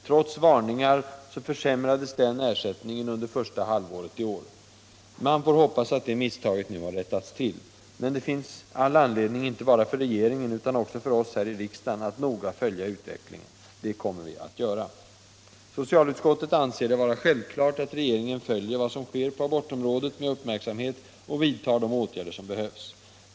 Trots varningar försämrades den ersättningen under första halvåret i år. Man får hoppas att det misstaget nu har rättats till. Men det finns all anledning inte bara för regeringen utan också för oss här i riksdagen att noga följa utvecklingen. Det kommer vi att göra. Socialutskottet anser det vara självklart att regeringen följer vad som sker på abortområdet med uppmärksamhet och vidtar de åtgärder som behövs.